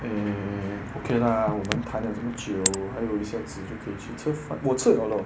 err okay lah 我们谈了这么久还有一下子就可以去吃饭我吃了咯